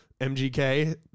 MGK